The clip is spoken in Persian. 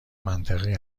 منطقی